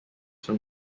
from